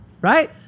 Right